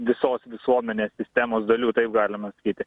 visos visuomenės sistemos dalių taip galima sakyti